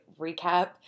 recap